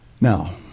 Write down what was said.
Now